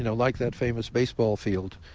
you know like that famous baseball field,